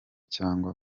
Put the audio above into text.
cyangwa